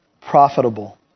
profitable